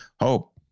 hope